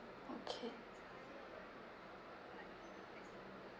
okay